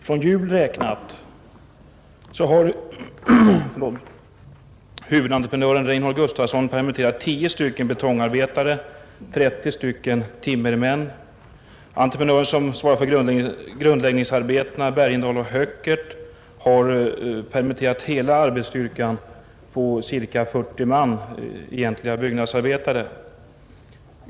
Från jul räknat har huvudentreprenören Reinhold Gustafsson permitterat tio betongarbetare och 30 timmermän. Den entreprenör som svarar för grundläggningsarbetena, Bergendahl och Höckert, har permitterat hela arbetsstyrkan på ca 40 man egentliga byggnadsarbetare.